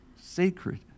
sacred